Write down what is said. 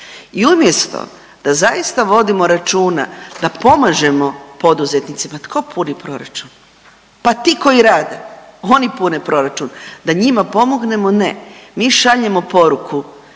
I umjesto da zaista vodimo računa da pomažemo poduzetnicima, tko puni proračun, pa ti koji rade, oni pune proračun, da njima pomognemo ne, mi šaljemo poruku